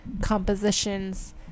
compositions